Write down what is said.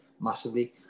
Massively